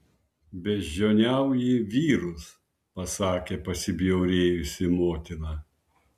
beždžioniauji vyrus pasakė pasibjaurėjusi motina